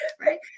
Right